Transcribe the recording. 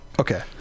Okay